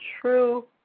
true